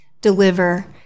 deliver